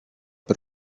but